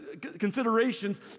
considerations